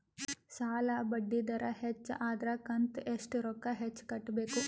ಸಾಲಾ ಬಡ್ಡಿ ದರ ಹೆಚ್ಚ ಆದ್ರ ಕಂತ ಎಷ್ಟ ರೊಕ್ಕ ಹೆಚ್ಚ ಕಟ್ಟಬೇಕು?